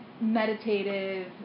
meditative